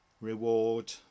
reward